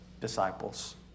disciples